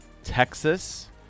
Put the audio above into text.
Texas